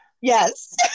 Yes